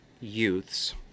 youths